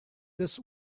this